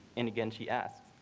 and again, she asked,